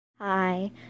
Hi